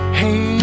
hey